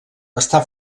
està